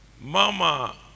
Mama